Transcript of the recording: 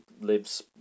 lives